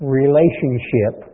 relationship